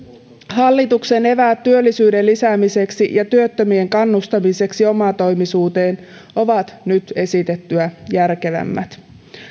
hallituksen eväät työllisyyden lisäämiseksi ja työttömien kannustamiseksi omatoimisuuteen ovat nyt esitettyä järkevämmät